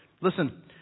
Listen